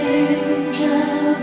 angel